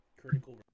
critical